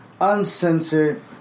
uncensored